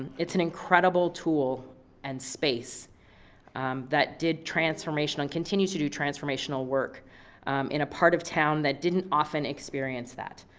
it's an incredible tool and space that did transformational, and continues to do transformational work in a part of town that didn't often experience that.